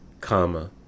comma